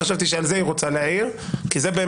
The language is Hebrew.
חשבתי שעל זה היא רוצה להעיר כי זה לא